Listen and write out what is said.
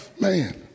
man